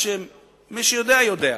מי שיודע, יודע.